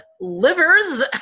livers